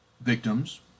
victims